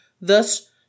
thus